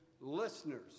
listeners